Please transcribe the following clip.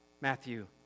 Matthew